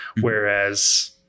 whereas